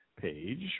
page